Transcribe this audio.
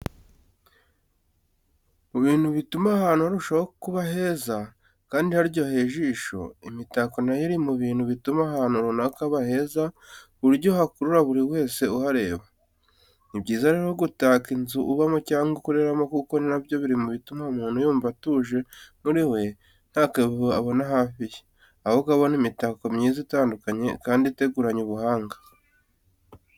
Mu bintu bituma ahantu harushaho kuba heza kandi haryoheye ijisho, imitako na yo iri mu bituma ahantu runaka haba heza ku buryo hakurura buri wese uhareba. Ni byiza rero gutaka inzu ubamo cyangwa ukoreramo kuko na byo biri mu bituma umuntu yumva atuje muri we nta kavuyo abona hafi ye, ahubwo abona imitako myiza itandukanye kandi iteguranye ubuhanga.